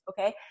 okay